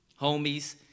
homies